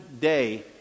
day